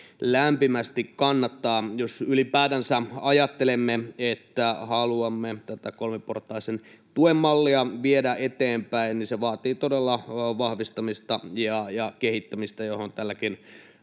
lämpimästi kannattaa. Jos ylipäätänsä ajattelemme, että haluamme tätä kolmiportaisen tuen mallia viedä eteenpäin, niin se vaatii todella vahvistamista ja kehittämistä, joihin tälläkin